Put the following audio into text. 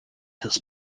his